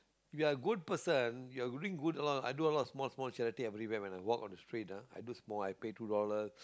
we are good person you are doing good lah i do a lot of small small charity everywhere when I walk on the street ah i do small I pay two dollars